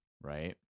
Right